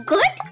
Good